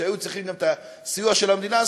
וכשהיו צריכים את הסיוע של המדינה,